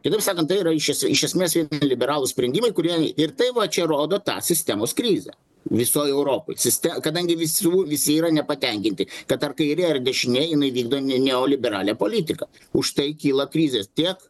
kitaip sakant tai yra iš es iš esmės liberalūs sprendimai kurie ir tai va čia rodo tą sistemos krizę visoj europoj siste kadangi visų visi yra nepatenkinti kad ar kairė ar dešinė jinai vykdo ne neoliberalią politiką už tai kyla krizės tiek